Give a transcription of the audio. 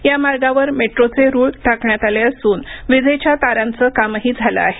या मार्गांवर मेट्रोचे रूळ टाकण्यात आले असून विजेच्या तारांचं कामही झालं आहे